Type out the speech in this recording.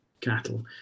cattle